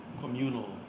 communal